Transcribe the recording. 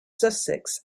sussex